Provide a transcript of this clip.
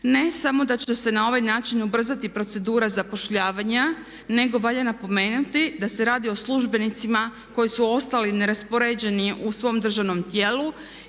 Ne samo da će se na ovaj način ubrzati procedura zapošljavanja nego valja napomenuti da se radi o službenicima koji su ostali neraspoređeni u svom državnom tijelu